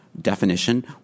definition